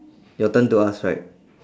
your turn to ask right